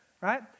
right